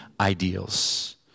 ideals